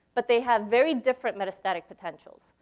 but they had very different metastatic potentials.